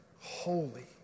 holy